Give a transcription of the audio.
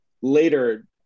later